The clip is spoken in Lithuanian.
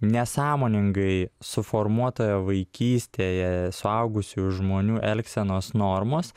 nesąmoningai suformuotoje vaikystėje suaugusių žmonių elgsenos normos